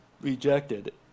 rejected